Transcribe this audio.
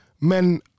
men